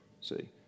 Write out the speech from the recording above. See